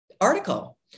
article